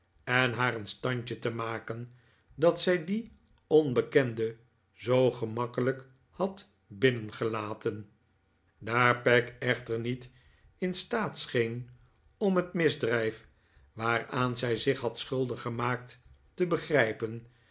en haar een standje te maken dat zij dien onbekende zoo gemakkelijk had binnengelaten de ochtend van het huwelijk daar peg echter niet in staat scheen om het misdrijf waaraan zij zich had schuldig gemaakt te begrijpen